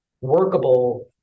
workable